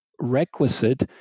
requisite